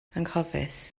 anghofus